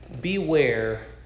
Beware